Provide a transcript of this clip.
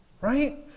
Right